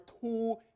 two